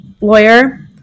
lawyer